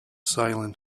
silent